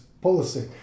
policy